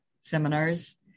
seminars